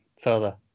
further